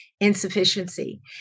insufficiency